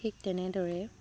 ঠিক তেনেদৰে